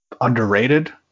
underrated